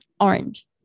Orange